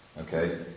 Okay